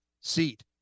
seat